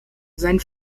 sein